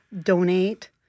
donate